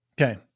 Okay